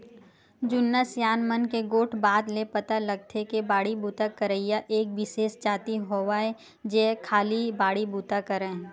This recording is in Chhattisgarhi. जुन्ना सियान मन के गोठ बात ले पता लगथे के बाड़ी बूता करइया एक बिसेस जाति होवय जेहा खाली बाड़ी बुता करय